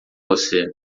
você